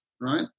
right